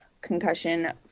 concussion